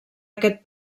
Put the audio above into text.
aquest